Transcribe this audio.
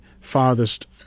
farthest